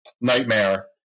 nightmare